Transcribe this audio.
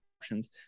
options